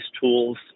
tools